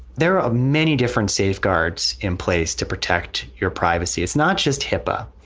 there are many different safeguards in place to protect your privacy. it's not just hipa.